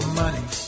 money